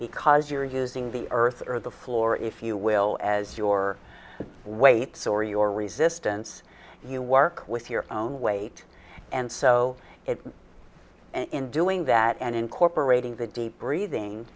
because you're using the earth or the floor if you will as your weights or your resistance you work with your own weight and so it was in doing that and incorporating the deep breathing